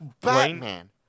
Batman